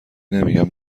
نمیگم